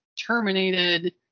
terminated